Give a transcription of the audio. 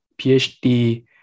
phd